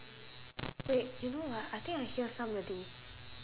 wait you know what I think I hear somebody